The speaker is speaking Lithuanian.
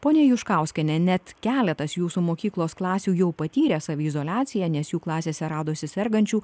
ponia juškauskiene net keletas jūsų mokyklos klasių jau patyrė saviizoliaciją nes jų klasėse radosi sergančių